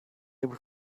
able